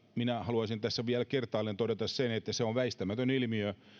minä haluaisin tässä vielä kertaalleen todeta sen että se on väistämätön ilmiö